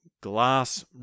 glass